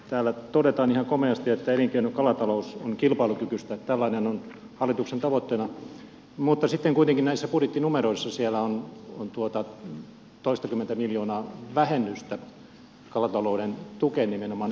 täällä todetaan ihan komeasti että elinkeinokalatalous on kilpailukykyistä että tällainen on hallituksen tavoitteena mutta sitten kuitenkin näissä budjettinumeroissa siellä on toistakymmentä miljoonaa vähennystä kalatalouden tukeen nimenomaan elinkeinopuolelle